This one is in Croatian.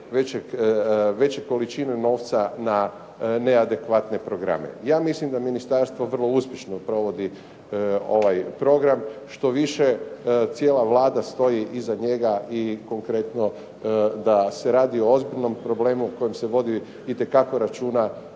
veće količine novca na neadekvatne programe. Ja mislim da ministarstvo vrlo uspješno provodi ovaj program. Štoviše, cijela Vlada stoji iza njega i konkretno da se radi o ozbiljnom problemu o kojem se vodi itekako računa